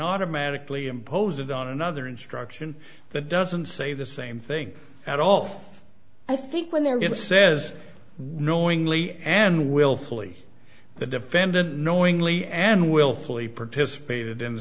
automatically impose it on another instruction that does and say the same thing at all i think when they're going to says knowingly and willfully the defendant knowingly and willfully participated in the